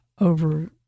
over